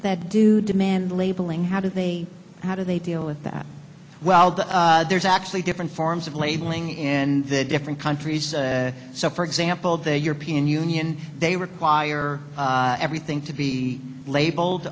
that do demand labeling how do they how do they deal with that well the there's actually different forms of labeling in the different countries so for example the european union they require everything to be labeled